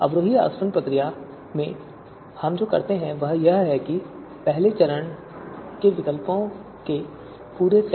अवरोही आसवन प्रक्रिया में हम जो करते हैं वह यह है कि पहले चरण में हम विकल्पों के पूरे सेट के साथ शुरू करते हैं ए